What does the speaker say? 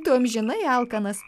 tu amžinai alkanas